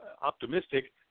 optimistic